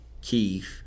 Keith